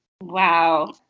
Wow